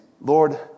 Lord